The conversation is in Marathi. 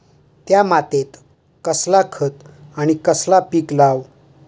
त्या मात्येत कसला खत आणि कसला पीक लाव?